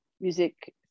music